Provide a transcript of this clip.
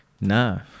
no